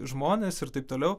žmones ir taip toliau